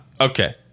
Okay